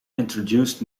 introduced